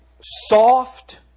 soft